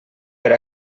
per